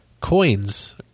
coins